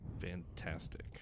Fantastic